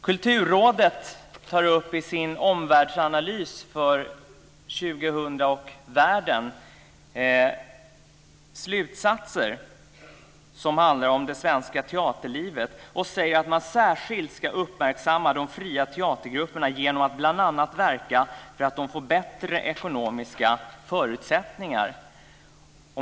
Kulturrådet tar upp i sin omvärldsanalys för 2000 och världen slutsatser som handlar om det svenska teaterlivet och säger att man särskilt ska uppmärksamma de fria teatergrupperna genom att bl.a. verka för att de får bättre ekonomiska förutsättningar.